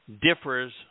differs